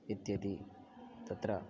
इत्यदि तत्र